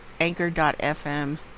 anchor.fm